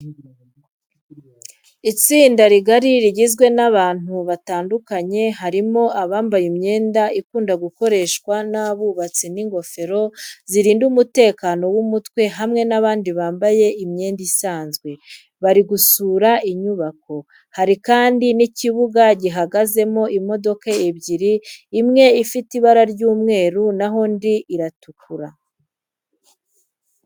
Itsinda rigari rigizwe n'abantu batandukanye harimo abambaye imyenda ikunda gukoreshwa n'abubatsi n'ingofero zirinda umutekano w'umutwe hamwe n'abandi bambaye imyenda isanzwe, bari gusura inyubako. Hari kandi n'ikibuga gihagazemo imodoka ebyiri, imwe ifite ibara ry'umweru na ho indi iratukura.